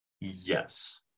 Yes